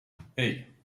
hey